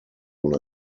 una